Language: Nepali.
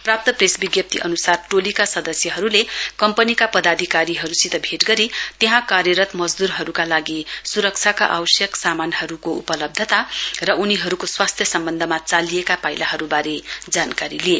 प्राप्त प्रेस विज्ञप्ती अनुसार टोलीका सदस्यहरुले कम्पनीका पदाधिकारीहरुसित भेट गरी त्यहाँ कार्यरत मजदूरहरुका लागि सुरक्षाका आवश्यक सामानहरु उपलब्धता र उनीहरुको स्वास्थ्य सम्वन्धमा चालिएका पाइलाहरुवारे जानकारी लिए